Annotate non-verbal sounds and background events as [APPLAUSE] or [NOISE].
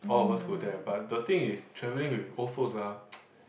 all of us go there but the thing is travelling with old folks ah [NOISE]